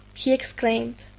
he exclaimed,